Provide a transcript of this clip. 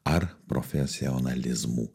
ar profesionalizmų